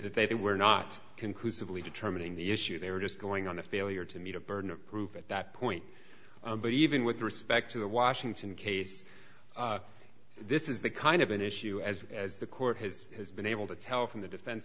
that they were not conclusively determining the issue they were just going on a failure to meet a burden of proof at that point but even with respect to the washington case this is the kind of an issue as as the court has been able to tell from the defense